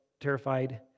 terrified